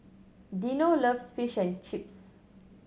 Dino loves Fish and Chips